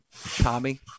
Tommy